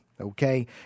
Okay